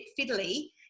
fiddly